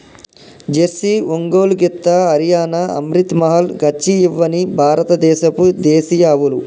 Jersey, Ongole గిత్త, హరియాణా, అమ్రిత్ మహల్, కచ్చి ఇవ్వని భారత దేశపు దేశీయ ఆవులు